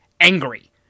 angry